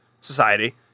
Society